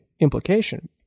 implication